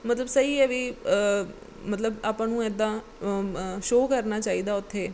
ਮਤਲਬ ਸਹੀ ਹੈ ਵੀ ਮਤਲਬ ਆਪਾਂ ਨੂੰ ਇੱਦਾਂ ਸ਼ੋ ਕਰਨਾ ਚਾਹੀਦਾ ਉੱਥੇ